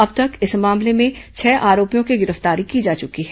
अब तक इस मामले में छह आरोपियों की गिरफ्तारी की जा चुकी है